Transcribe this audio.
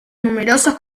numerosos